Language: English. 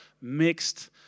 mixed